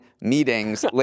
meetings